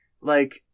like-